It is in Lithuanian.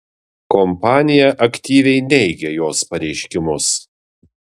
kompanija aktyviai neigia jos pareiškimus